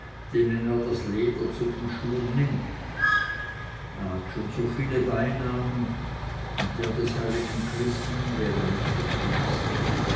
das leder zu den schuhen nimmt er hat schon so viele beinamen und der des heiligen krispin wäre nicht der schlimmste